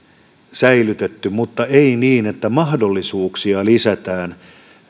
säilytetty mutta ei niin että mahdollisuuksia lisätään